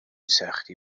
سختی